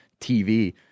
TV